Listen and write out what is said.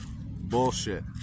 bullshit